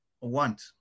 want